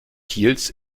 kiels